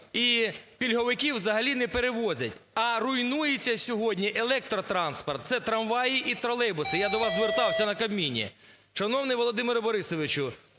і пільговиків взагалі не перевозять. А руйнується сьогодні електротранспорт, це трамваї і тролейбуси. Я до вас звертався на Кабміні. Шановний Володимире Борисовичу,